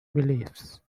beliefs